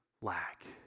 lack